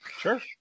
Sure